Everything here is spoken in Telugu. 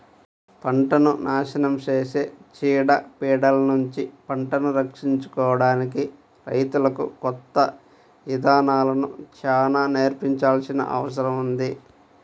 పంటను నాశనం చేసే చీడ పీడలనుంచి పంటను రక్షించుకోడానికి రైతులకు కొత్త ఇదానాలను చానా నేర్పించాల్సిన అవసరం ఉంది